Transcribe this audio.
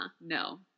No